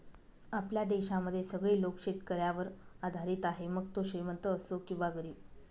आपल्या देशामध्ये सगळे लोक शेतकऱ्यावर आधारित आहे, मग तो श्रीमंत असो किंवा गरीब